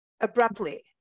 abruptly